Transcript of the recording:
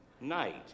night